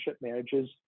manages